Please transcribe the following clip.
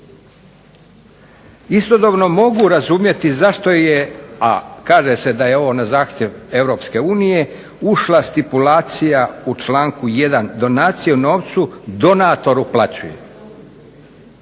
Istodobno mogu razumjeti zašto je, a kaže se da je ovo na zahtjev Europske unije, ušla stipulacija u članku 1.: donacije u novcu donator uplaćuje.